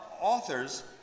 authors